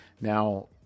Now